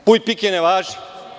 Puj pike ne važi.